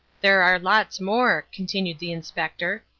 there are lots more, continued the inspector,